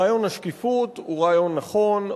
רעיון השקיפות הוא רעיון נכון,